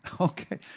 Okay